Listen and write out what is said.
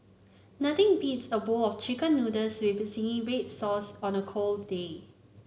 nothing beats a bowl of chicken noodles with zingy red sauce on a cold day